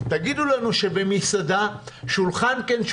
תגידו לנו שבמסעדה שולחן כן,